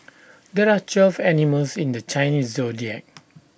there are twelve animals in the Chinese Zodiac